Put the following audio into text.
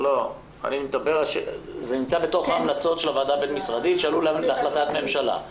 זה נמצא בתוך ההמלצות של הוועדה הבין משרדית שעלו להחלטת ממשלה.